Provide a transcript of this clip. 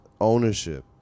ownership